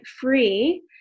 free